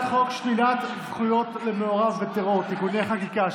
חוק שלילת זכויות למעורב בטרור (תיקוני חקיקה),